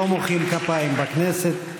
לא מוחאים כפיים בכנסת.